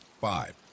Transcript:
five